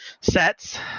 sets